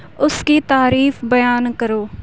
اس کی تعریف بیان کرو